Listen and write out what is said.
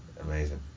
Amazing